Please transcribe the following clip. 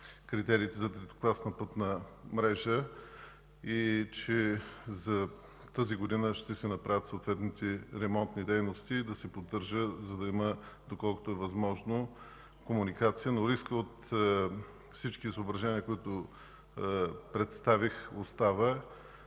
за безопасна пътна мрежа и тази година ще се направят съответните ремонтни дейности да се поддържа, за да има, доколкото е възможно, комуникация. Но рискът от всички съображения, които представих, остава.